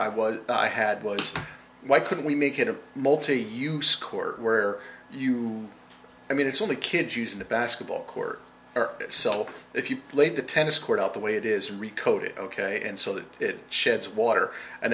was i had was why couldn't we make it a multi use court where you i mean it's only kids using the basketball court itself if you play the tennis court out the way it is ricotta ok and so that it sheds water and